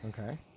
Okay